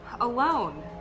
alone